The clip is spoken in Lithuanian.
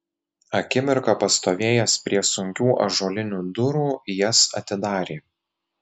akimirką pastovėjęs prie sunkių ąžuolinių durų jas atidarė